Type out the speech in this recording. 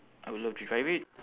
I would love to drive it